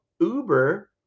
uber